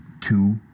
two